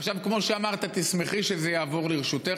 עכשיו, כמו שאמרת, את תשמחי שזה יעבור לרשותך.